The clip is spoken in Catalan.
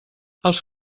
els